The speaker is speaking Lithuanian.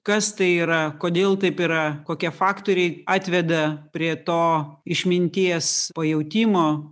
kas tai yra kodėl taip yra kokie faktoriai atveda prie to išminties pajautimo